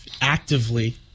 actively